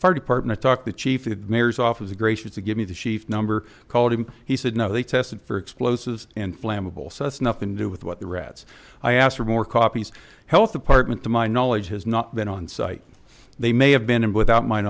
fire department talked to chief mayor's office gracious to give me the chief number called and he said no they tested for explosives and flammable such nothing to do with what the rats i asked for more copies of health department to my knowledge has not been on site they may have been in without mine